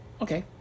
Okay